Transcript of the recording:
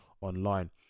online